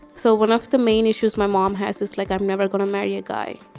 so one of the main issues my mom has is like, i'm never gonna marry a guy.